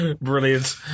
brilliant